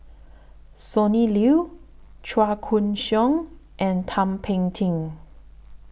Sonny Liew Chua Koon Siong and Thum Ping Tjin